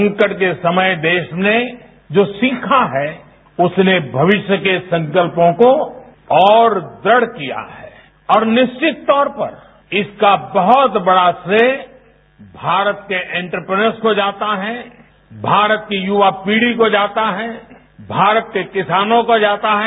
संकट के समय देश ने जो सीखा है उसने भविष्य के संकल्पों को और दृढ़ किया है और निश्चित तौर पर इसका बहुत बड़ा श्रेय भारत के एंटरप्रन्योर्स को जाता है भारत की युवा पीढ़ी को जाता है भारत के किसानों को जाता है